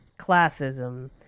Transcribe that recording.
classism